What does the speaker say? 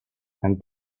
and